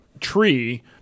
tree